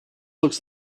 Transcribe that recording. looks